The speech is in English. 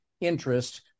interest